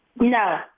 No